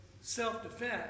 self-defense